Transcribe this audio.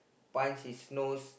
punch his nose